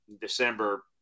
December